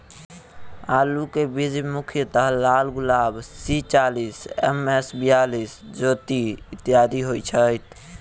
आलु केँ बीज मुख्यतः लालगुलाब, सी चालीस, एम.एस बयालिस, ज्योति, इत्यादि होए छैथ?